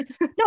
No